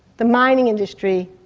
the mining industry,